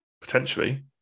Potentially